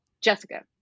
Jessica